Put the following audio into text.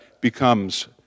becomes